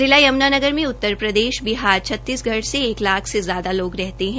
जिला यमुनानगर में उत्तर प्रदेश बिहार छत्तीसगढ़ से एक लाख से ज्यादा लोग रहते हैं